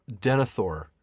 Denethor